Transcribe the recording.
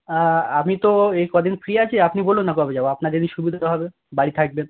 আমি তো এই কদিন ফ্রি আছি আপনি বলুন না কবে যাবো আপনার যেদিন সুবিধে হবে বাড়ি থাকবেন